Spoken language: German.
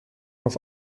auf